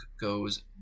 Goes